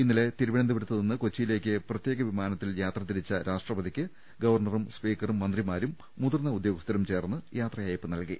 ഇന്നലെ തിരുവനന്തപുരത്തുനിന്ന് കൊച്ചിയിലേക്ക് പ്രത്യേക വിമാനത്തിൽ യാത്രതിരിച്ച രാഷ്ട്രപതിക്ക് ഗവർണറും സ്പീക്കറും മന്ത്രിമാരും മുതിർന്ന ഉദ്യോഗസ്ഥരും ചേർന്ന് യാത്ര യയപ്പ് നൽകി